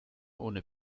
ohne